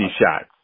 shots